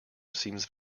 seems